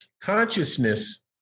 Consciousness